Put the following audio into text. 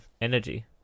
energy